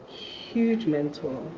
huge mentor.